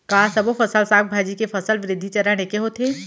का सबो फसल, साग भाजी के फसल वृद्धि चरण ऐके होथे?